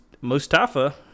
Mustafa